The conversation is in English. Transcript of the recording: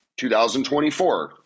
2024